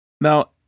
Now